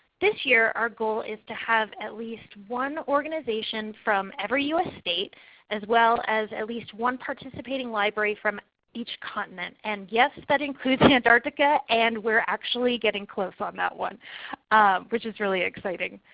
this year our goal is to have at least one organization from every us state as well as at least one participating library from each continent. and yes, that includes antarctica, and we are actually getting close on that one which is really exciting.